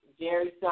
Jerry